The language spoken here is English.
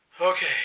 Okay